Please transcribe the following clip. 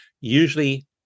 usually